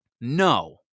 No